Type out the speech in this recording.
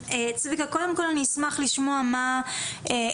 קודם כל אני אשמח לשמוע מה עמדתכם,